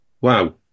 Wow